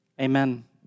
amen